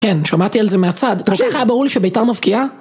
כן, שמעתי על זה מהצד. אתה חושב שהיה ברור לי שביתר מפקיעה?